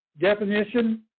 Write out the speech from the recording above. definition